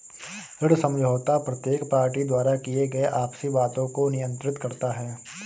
ऋण समझौता प्रत्येक पार्टी द्वारा किए गए आपसी वादों को नियंत्रित करता है